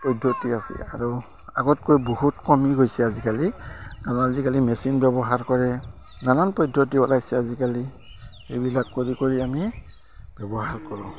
পদ্ধতি আছে আৰু আগতকৈ বহুত কমি গৈছে আজিকালি কাৰণ আজিকালি মেচিন ব্যৱহাৰ কৰে নানান পদ্ধতি ওলাইছে আজিকালি সেইবিলাক কৰি কৰি আমি ব্যৱহাৰ কৰোঁ